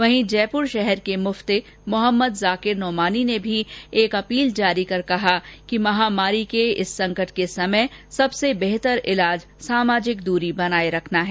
वहीं जयपूर शहर के मुफ़ती मोहम्मद जाकिर नोमानी ने भी एक अपील जारी कर कहा कि महामारी के इस संकट के समय सबसे बेहतर इलाज सामाजिक द्री बनाए रखना है